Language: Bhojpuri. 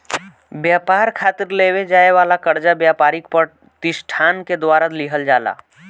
ब्यपार खातिर लेवे जाए वाला कर्जा ब्यपारिक पर तिसठान के द्वारा लिहल जाला